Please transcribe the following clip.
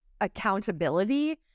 accountability